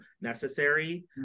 necessary